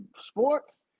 sports